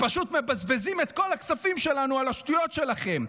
ופשוט מבזבזים את כל הכספים שלנו על השטויות שלכם.